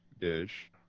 dish